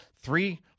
Three